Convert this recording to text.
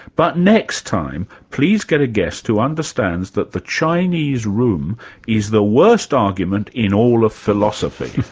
but next time please get a guest who understands that the chinese room is the worst argument in all of philosophy. a